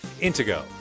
Intego